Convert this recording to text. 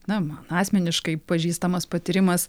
na man asmeniškai pažįstamas patyrimas